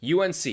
UNC